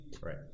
Right